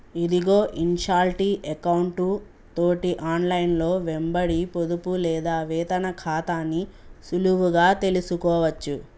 ఇదిగో ఇన్షాల్టీ ఎకౌంటు తోటి ఆన్లైన్లో వెంబడి పొదుపు లేదా వేతన ఖాతాని సులువుగా తెలుసుకోవచ్చు